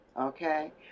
Okay